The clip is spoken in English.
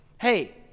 Hey